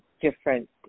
different